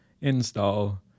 install